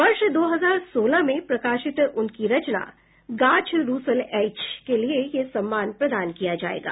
वर्ष दो हजार सोलह में प्रकाशित उनकी रचना गाछ रूसल अछि के लिए यह सम्मान प्रदान किया जायेगा